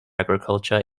agriculture